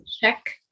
check